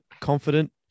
confident